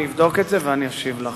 אני אבדוק את זה ואשיב לך.